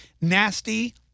nasty